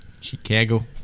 Chicago